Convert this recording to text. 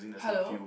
hello